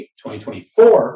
2024